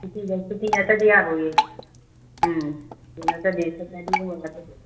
ꯁꯨꯇꯤ ꯅꯠꯇ꯭ꯔꯗꯤ ꯌꯥꯔꯣꯏꯌꯦ ꯎꯝ ꯁꯨꯇꯤ ꯅꯠꯇ꯭ꯔꯗꯤ ꯁꯇꯔꯗꯦꯒꯨꯝꯕ ꯅꯠꯇ꯭ꯔꯗꯤ